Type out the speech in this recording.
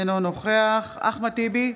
אינו נוכח אחמד טיבי,